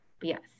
Yes